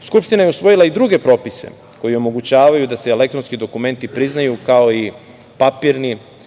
Skupština je usvojila i druge propise koji omogućavaju da se elektronski dokumenti priznaju, kao i papirni,